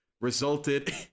resulted